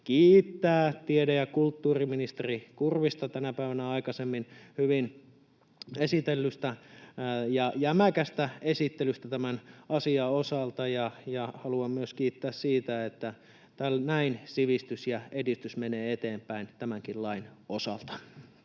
kiittää tiede- ja kulttuuriministeri Kurvista tänä päivänä aikaisemmin hyvästä ja jämäkästä esittelystä tämän asian osalta, ja haluan myös kiittää siitä, että näin sivistys ja edistys menevät eteenpäin tämänkin lain osalta.